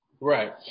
Right